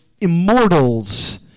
Immortals